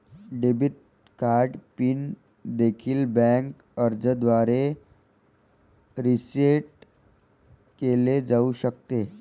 debit card pin देखील bank अर्जाद्वारे reset केले जाऊ शकते